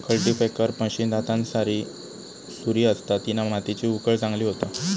cultipacker machine दातांसारी सुरी असता तिना मातीची उकळ चांगली होता